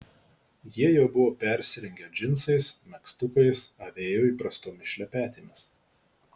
jie jau buvo persirengę džinsais megztukais avėjo įprastomis šlepetėmis